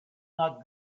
not